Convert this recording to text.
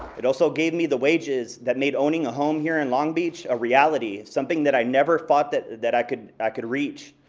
it also gave me the wages, that made owning a home here in long beach a reality. something that i never thought that that i could i could reach.